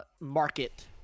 market